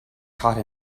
taught